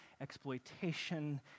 exploitation